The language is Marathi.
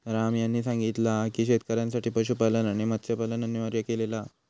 राम यांनी सांगितला हा की शेतकऱ्यांसाठी पशुपालन आणि मत्स्यपालन अनिवार्य केलेला हा